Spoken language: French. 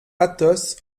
athos